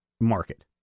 market